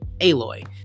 Aloy